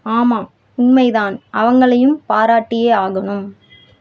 ஆமாம் உண்மை தான் அவங்களையும் பாராட்டியே ஆகணும்